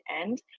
end